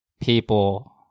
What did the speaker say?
people